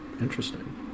interesting